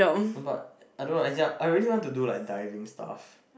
no but I don't know as in I really want to do like diving stuff